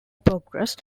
progress